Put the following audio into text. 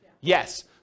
Yes